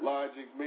Logic